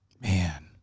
Man